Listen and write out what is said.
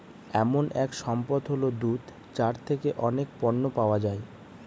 এমন এক সম্পদ হল দুধ যার থেকে অনেক পণ্য পাওয়া যায়